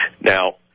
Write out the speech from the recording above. Now